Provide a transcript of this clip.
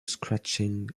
scratching